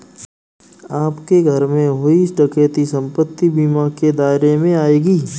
आपके घर में हुई डकैती संपत्ति बीमा के दायरे में आएगी